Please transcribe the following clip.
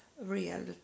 real